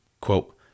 Quote